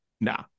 nah